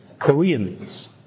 Koreans